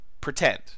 pretend